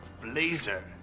blazer